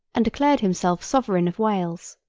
and declared himself sovereign of wales.